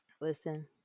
Listen